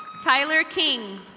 tyler king.